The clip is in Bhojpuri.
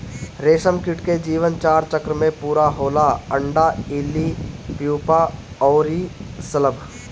रेशमकीट के जीवन चार चक्र में पूरा होला अंडा, इल्ली, प्यूपा अउरी शलभ